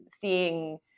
seeing